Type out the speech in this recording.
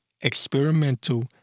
experimental